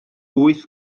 wyth